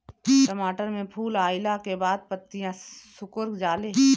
टमाटर में फूल अईला के बाद पतईया सुकुर जाले?